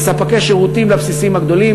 כספקי שירותים לבסיסים הגדולים.